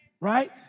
right